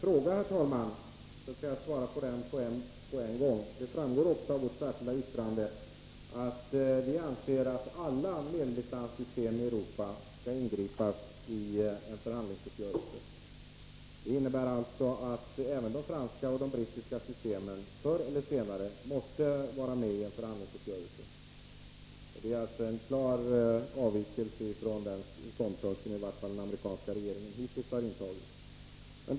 Herr talman! Vad beträffar Jan Bergqvists fråga skall jag besvara den på en gång. Vi anser att alla medeldistanssystem i Europa skall inbegripas i en förhandlingsuppgörelse. Detta framgår också av vårt särskilda yttrande. Det innebär att även de franska och de brittiska systemen förr eller senare måste tas med i en förhandlingsuppgörelse. Detta är alltså en klar avvikelse från den ståndpunkt som den amerikanska regeringen i varje fall hittills har intagit.